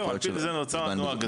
על פי זה נוצר הנוהג הזה.